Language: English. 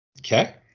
Okay